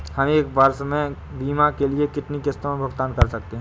हम एक वर्ष में बीमा के लिए कितनी किश्तों में भुगतान कर सकते हैं?